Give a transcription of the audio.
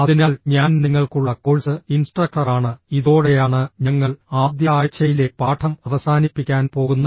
അതിനാൽ ഞാൻ നിങ്ങൾക്കുള്ള കോഴ്സ് ഇൻസ്ട്രക്ടറാണ് ഇതോടെയാണ് ഞങ്ങൾ ആദ്യ ആഴ്ചയിലെ പാഠം അവസാനിപ്പിക്കാൻ പോകുന്നത്